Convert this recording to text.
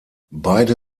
beide